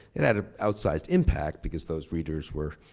it had a out-sized impact because those readers were